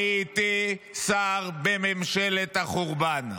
הייתי שר בממשלת החורבן.